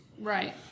Right